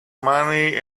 money